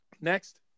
Next